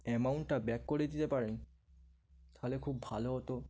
অ্যামাউন্টটা ব্যাক করে দিতে পারেন তাহলে খুব ভালো হতো